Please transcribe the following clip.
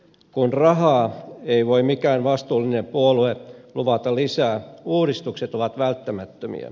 kun rahaa ei voi mikään vastuullinen puolue luvata lisää uudistukset ovat välttämättömiä